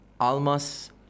Almas